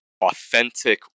authentic